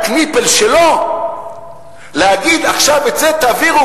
זה ה"קניפעל" שלו להגיד: עכשיו את זה תעבירו,